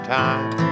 time